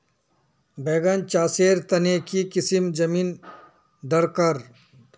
बैगन चासेर तने की किसम जमीन डरकर?